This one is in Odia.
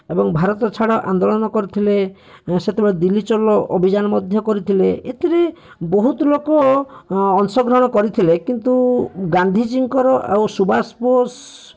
ଏବଂ ଭାରତଛାଡ଼ ଆନ୍ଦୋଳନ କରିଥିଲେ ସେତେବେଳେ ଦିଲ୍ଲୀ ଚଲୋ ଅଭିଯାନ ମଧ୍ୟ କରିଥିଲେ ଏଥିରେ ବହୁତ ଲୋକ ଅଂଶଗ୍ରହଣ କରିଥିଲେ କିନ୍ତୁ ଗାନ୍ଧୀଜିଙ୍କର ଆଉ ସୁବାଷ ବୋଷ